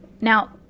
Now